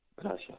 Gracias